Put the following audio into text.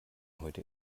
heute